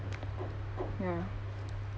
ya